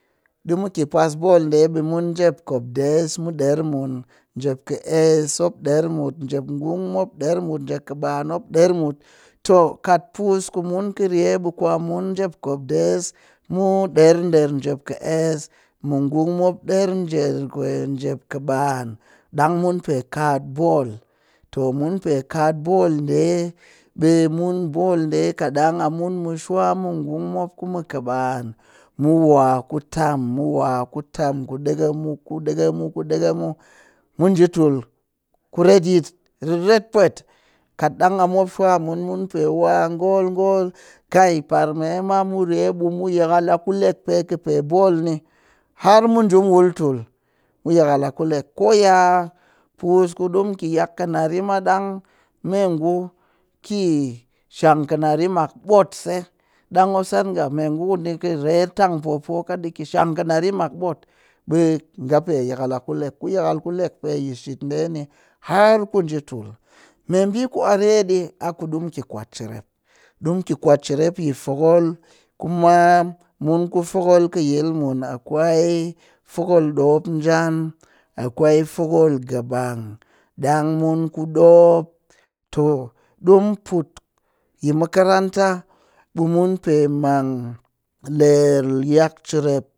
Ɗɨ mu kɨ puas ball ɗe ɓi mun njep koɗe mu ɗer mun, njep kɨess mop ɗer mut, njep ngung mop ɗer mut, njep kaban mop ɗer mut too kat puus ku mun kɨ rye ɓe kwamun njep kopɗes mu ɗer der njep kɨess, mu ngung mop ɗer der njep kaɓan, ɗang mun pe kat ball too mun pe kat ball ɗe ɓe mun ball ɗe ɓe kat ɗang mu shwa mu ngung mop ku mu kaɓan mu waa ku tam mu waa ku tam ku ɗekɛmu ku ɗekɛmu mu nji tul ku retyit riret pwet, kat ɗang a mop shwa mun mun waa a ngol ngol kai parme ma mu rye mun pe yakal ku leg pee kɨ ball ni har mu nji mu wul tul mu yakal ku leg koya puus ku ɗi mu ki yak kinari ma ɗang me ngu ki shang kinari mak motse ɗang mop sat nga me ngu kuni kɨ rye tangpoo pooka ɗi ki shang kinari mak ɓot, ɓe nga pe yakal a ku leg ku yakal ku leg pee yi shit ɗe ni har ku nji tul. Meɓi ku a rye ɗii a ku ɗi mu ki kwat cerep ɗi mu ki kwat cerep yi fwokol kuma mun ku fwokol kɨ yil mun akwai fwokol ɗoomp njaan akwai fwokol gabang, ɗang mun ku ɗoomp too ɗimu put yi makaranta ɓe mun mang ler yak ceep